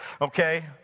okay